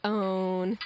own